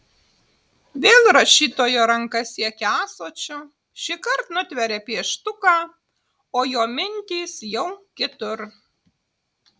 vėl rašytojo ranka siekia ąsočio šįkart nutveria pieštuką o jo mintys jau kitur